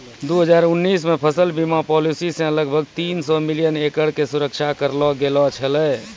दू हजार उन्नीस मे फसल बीमा पॉलिसी से लगभग तीन सौ मिलियन एकड़ के सुरक्षा करलो गेलौ छलै